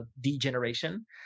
degeneration